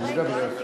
במידה שלא יסכים.